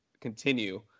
continue